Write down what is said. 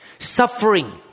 Suffering